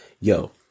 Yo